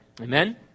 Amen